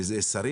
שרים